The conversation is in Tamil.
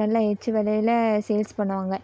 நல்ல ரிச் விலையில சேல்ஸ் பண்ணுவாங்க